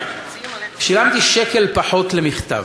שילמתי שקל פחות למכתב,